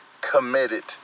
committed